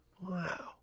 Wow